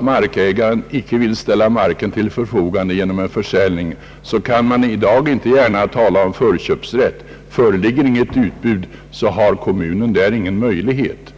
markägaren inte vill ställa marken till förfogande genom försäljning, kan man i dag inte gärna tala om förköpsrätt. Föreligger inte något utbud, har kommunen därvid ingen möjlighet.